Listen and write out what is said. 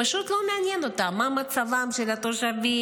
פשוט לא מעניין אותם מה מצבם של התושבים,